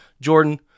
Jordan